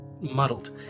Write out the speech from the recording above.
muddled